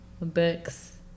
books